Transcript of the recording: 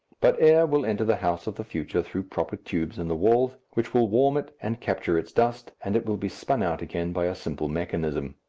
but air will enter the house of the future through proper tubes in the walls, which will warm it and capture its dust, and it will be spun out again by a simple mechanism.